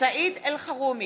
סעיד אלחרומי,